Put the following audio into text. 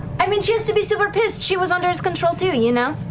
i mean, she has to be super pissed. she was under his control, too, you know?